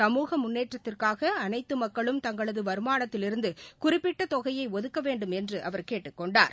சமூக முன்னேற்றத்திற்காக அனைத்து மக்களும் தங்களது வருமானத்திலிருந்து குறிப்பிட்ட தொகையை ஒதுக்க வேண்டும் என்று அவர் கேட்டுக்கொண்டார்